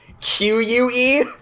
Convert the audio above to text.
q-u-e